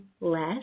less